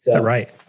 Right